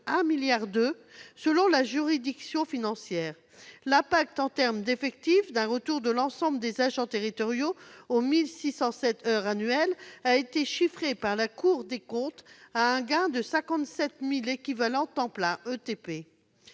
1,2 milliard d'euros selon la juridiction financière. L'impact, en termes d'effectifs, d'un retour de l'ensemble des agents territoriaux aux 1 607 heures annuelles a été chiffré par la Cour des comptes à un gain de 57 000 équivalents temps plein, ou ETP.